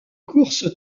course